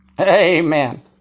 Amen